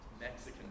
Mexican